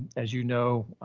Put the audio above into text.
as you know,